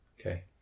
Okay